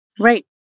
Right